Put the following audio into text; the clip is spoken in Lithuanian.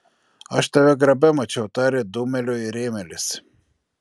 aš tave grabe mačiau tarė dūmeliui rėmelis